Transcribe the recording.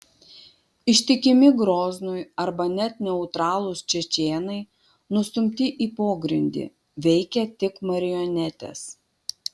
ištikimi groznui arba net neutralūs čečėnai nustumti į pogrindį veikia tik marionetės